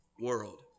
world